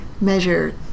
measure